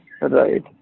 Right